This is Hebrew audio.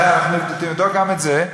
תבדוק גם את זה.